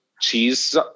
cheese